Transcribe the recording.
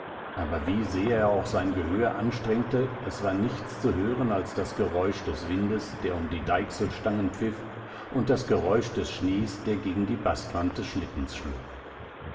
aber wie sehr er auch sein gehör anstrengte es war nichts zu hören als das geräusch des windes der um die deichselstangen pfiff und das geräusch des schnees der gegen die bastwand des schlittens schlug